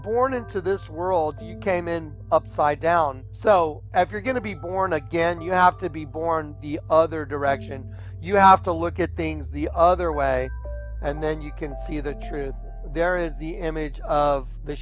born into this world you came in upside down so after going to be born again you have to be born the other direction you have to look at things the other way and then you can see the truth there is the image of the